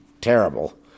terrible